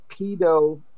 Pedo